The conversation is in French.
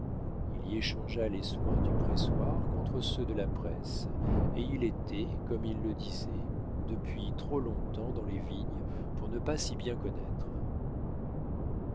il y échangea les soins du pressoir contre ceux de la presse et il était comme il le disait depuis trop long-temps dans les vignes pour ne pas s'y bien connaître